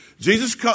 Jesus